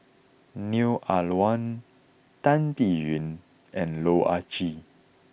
Neo Ah Luan Tan Biyun and Loh Ah Chee